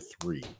three